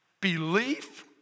Belief